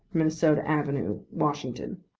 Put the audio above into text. minnesota avenue, washington.